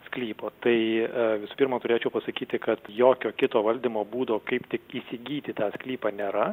sklypo tai visų pirma turėčiau pasakyti kad jokio kito valdymo būdo kaip tik įsigyti tą sklypą nėra